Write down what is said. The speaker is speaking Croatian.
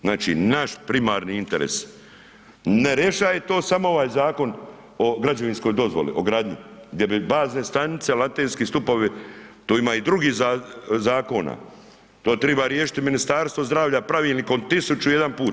Znači primarni interes, ne rješava to samo ovaj Zakon o građevinskoj dozvoli o gradnji, gdje bi bazne stanice, latinske stupovi, tu ima i drugih zakona, to treba riješiti Ministarstvo zdravlja, pravilnikom 1001 put.